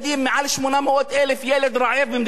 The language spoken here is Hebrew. מעל 800,000 ילדים רעבים ועניים במדינת ישראל.